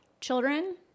children